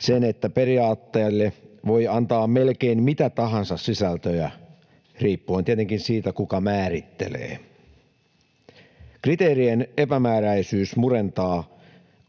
sen, että periaatteelle voi antaa melkein mitä tahansa sisältöjä riippuen tietenkin siitä, kuka määrittelee. Kriteerien epämääräisyys murentaa